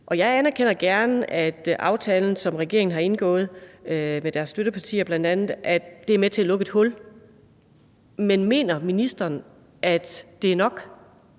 Og jeg anerkender gerne, at aftalen, som regeringen bl.a. har indgået med sine støttepartier, er med til at lukke et hul. Men mener ministeren, at det er nok?